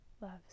loves